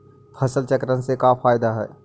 फसल चक्रण से का फ़ायदा हई?